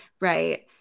right